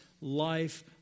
life